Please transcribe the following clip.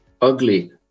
ugly